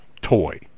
toy